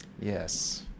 Yes